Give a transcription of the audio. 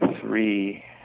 three